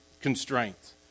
constraints